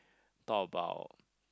talk about